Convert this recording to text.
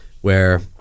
where-